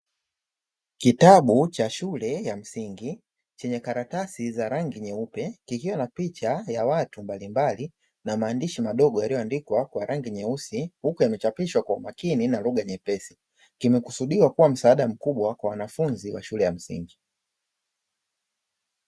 Kitabu cha shule ya msingi chenye karatasi za rangi nyeupe kikiwa na picha ya watu mbalimbali na maandishi madogo yalioandikwa kwa rangi nyeusi huku yamechapishwa kwa umakini na lugha nyepesi, kimekusudiwa kuwa msaada mkubwa kwa wanafunzi wa shule ya msingi.